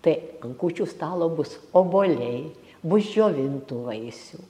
tai ant kūčių stalo bus obuoliai bus džiovintų vaisių